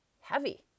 heavy